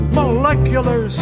molecular